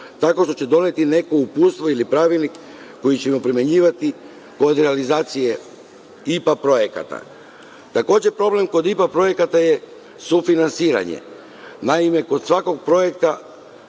tako što će doneti neko uputstvo ili pravilnik koji ćemo primenjivati kod realizacije IPA projekata. Takođe, problem kod IPA projekata je sufinansiranje. Naime, kod svakog projekta